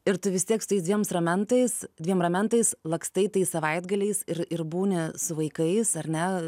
ir tu vis tieks tais dviems ramentais dviem ramentais lakstai tais savaitgaliais ir ir būni su vaikais ar ne